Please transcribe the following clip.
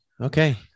okay